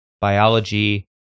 biology